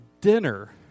dinner